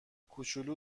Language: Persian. کوچولو